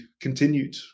continued